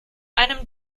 einem